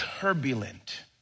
turbulent